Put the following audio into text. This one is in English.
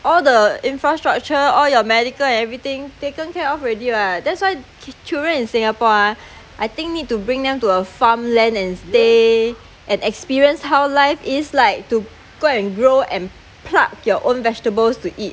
all the infrastructure all your medical and everything taken care of already [what] that's why child~ children in singapore ah I think need to bring them to a farmland and stay and experience how life is like to and grow and pluck your own vegetables to eat